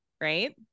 right